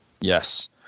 Yes